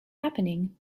happening